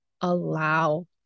allow